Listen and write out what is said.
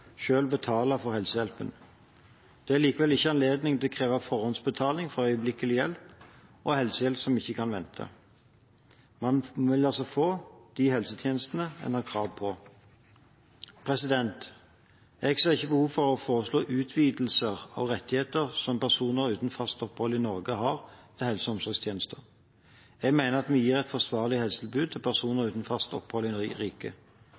for helsehjelpen. Det er likevel ikke anledning til å kreve forhåndsbetaling for øyeblikkelig hjelp og for helsehjelp som ikke kan vente. Man vil altså få de helsetjenestene man har krav på. Jeg ser ikke behov for å foreslå utvidelser av rettigheter som personer uten fast opphold i Norge har til helse- og omsorgstjenester. Jeg mener at vi gir et forsvarlig helsetilbud til personer uten fast opphold i